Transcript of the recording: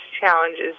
challenges